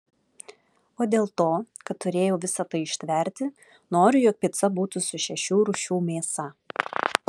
o dėl to kad turėjau visa tai ištverti noriu jog pica būtų su šešių rūšių mėsa